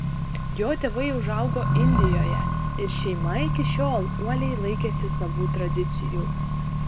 jo tėvai užaugo indijoje ir šeima iki šiol uoliai laikėsi savų tradicijų